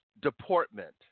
deportment